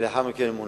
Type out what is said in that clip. ולאחר מכן הוא מונה.